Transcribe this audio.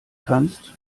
kannst